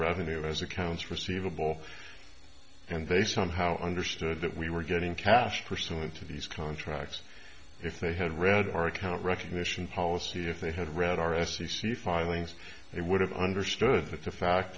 revenue as accounts receivable and they somehow understood that we were getting cash pursuant to these contracts if they had read our account recognition policy if they had read our s b c filings they would have understood that the fact